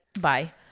Bye